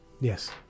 Yes